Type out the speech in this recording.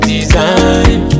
Design